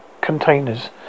containers